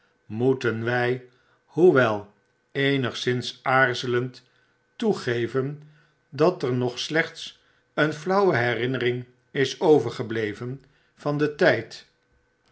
moeten wy hoewel eenigszins aarzelend toegeven dat er nog slechts een flauwe herinnering is overgebleven van den tyd